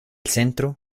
centro